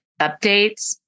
updates